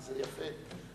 וזה יפה,